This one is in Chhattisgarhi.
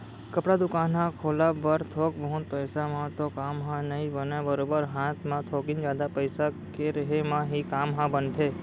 कपड़ा दुकान ह खोलब बर थोक बहुत पइसा म तो काम ह नइ बनय बरोबर हात म थोकिन जादा पइसा के रेहे म ही काम ह बनथे